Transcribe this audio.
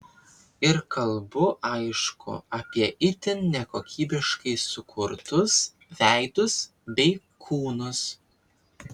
ir kalbu aišku apie itin nekokybiškai sukurtus veidus bei kūnus